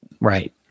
Right